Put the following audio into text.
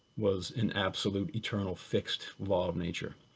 was an absolute eternal fixed law of nature.